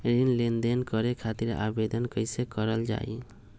ऋण लेनदेन करे खातीर आवेदन कइसे करल जाई?